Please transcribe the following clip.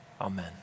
Amen